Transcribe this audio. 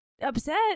upset